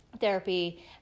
therapy